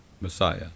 Messiah